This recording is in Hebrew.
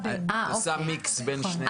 את עושה מיקס בין שני דברים.